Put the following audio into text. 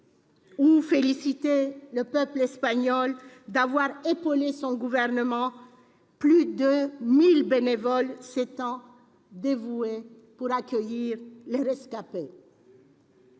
féliciter le peuple espagnol d'avoir épaulé son gouvernement, plus de 1 000 bénévoles s'étant dévoués pour accueillir les rescapés